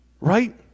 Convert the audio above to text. right